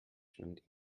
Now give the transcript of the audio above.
stand